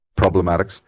problematics